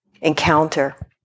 encounter